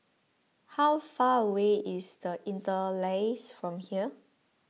how far away is the Interlace from here